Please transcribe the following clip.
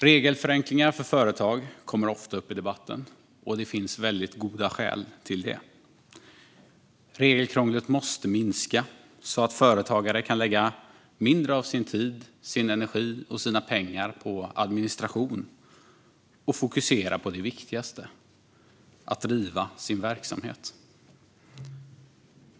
Regelförenklingar för företag kommer ofta upp i debatten, och det finns väldigt goda skäl till det. Regelkrånglet måste minska så att företagare kan lägga mindre av sin tid, sin energi och sina pengar på administration och fokusera på det viktigaste: att driva sin verksamhet.